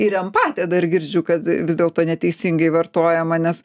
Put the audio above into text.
ir empatija dar girdžiu kad vis dėlto neteisingai vartojama nes